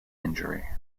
injury